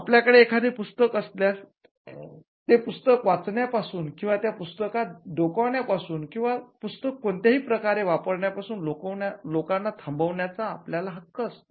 आपल्याकडे एखादे पुस्तक असल्यास तें पुस्तक वाचण्यापासून किंवा त्या पुस्तकात डोकावण्याचा पासून किंवा पुस्तक कोणत्याही प्रकारे वापरण्यापासून लोकांना थांबवण्याचाआपल्याला हक्क असतो